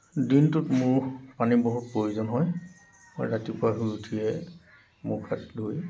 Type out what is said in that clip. দিনটোত মোৰ পানীৰ বহুত প্ৰয়োজন হয় মই ৰাতিপুৱা শুই উঠিয়ে মুখ হাত ধুই